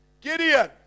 Gideon